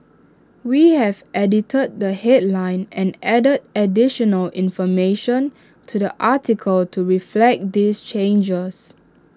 we have edited the headline and added additional information to the article to reflect these changes